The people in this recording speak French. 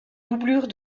doublure